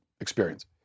experience